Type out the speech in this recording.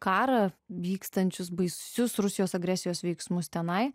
karą vykstančius baisius rusijos agresijos veiksmus tenai